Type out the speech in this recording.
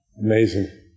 amazing